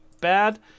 bad